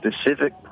specific